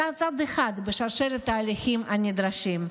זה רק צעד אחד בשרשרת התהליכים הנדרשים.